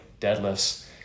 deadlifts